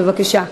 בבקשה.